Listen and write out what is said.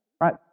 right